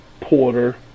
Porter